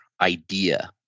idea